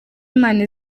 imana